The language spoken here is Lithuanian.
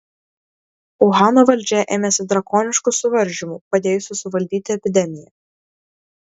uhano valdžia ėmėsi drakoniškų suvaržymų padėjusių suvaldyti epidemiją